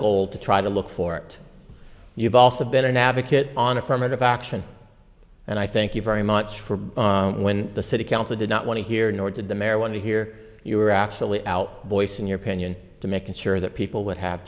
goal to try to look for it you've also been an advocate on affirmative action and i thank you very much for when the city council did not want to hear nor did the mayor want to hear you were actually out voicing your opinion to make sure that people would have